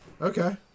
Okay